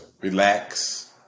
relax